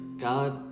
God